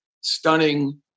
stunning